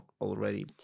already